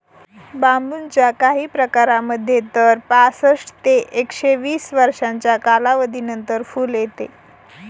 बांबूच्या काही प्रकारांमध्ये तर पासष्ट ते एकशे वीस वर्षांच्या कालावधीनंतर फुल येते